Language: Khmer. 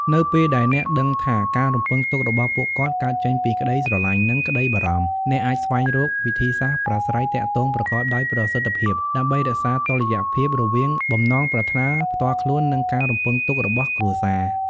នៅពេលដែលអ្នកដឹងថាការរំពឹងទុករបស់ពួកគាត់កើតចេញពីក្តីស្រឡាញ់ និងក្តីបារម្ភ អ្នកអាចស្វែងរក វិធីសាស្ត្រប្រាស្រ័យទាក់ទងប្រកបដោយប្រសិទ្ធភាព ដើម្បីរក្សាតុល្យភាពរវាងបំណងប្រាថ្នាផ្ទាល់ខ្លួន និងការរំពឹងទុករបស់គ្រួសារ។